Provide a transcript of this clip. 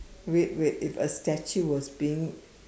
wait wait if a statue was being